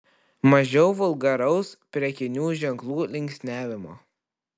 mažiau vulgaraus prekinių ženklų linksniavimo